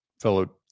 fellow